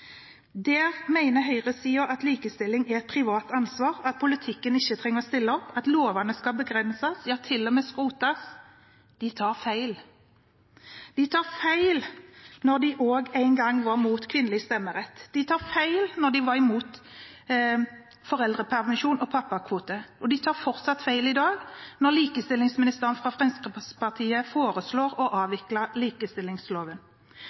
at likestilling er et privat ansvar, at politikken ikke trenger å stille opp, at lovene skal begrenses, ja til og med skrotes. De tar feil. De tok også feil da de en gang var imot kvinnelig stemmerett. De tok feil da de var imot foreldrepermisjon og pappakvote. Og de tar fortsatt feil i dag, når likestillingsministeren fra Fremskrittspartiet foreslår å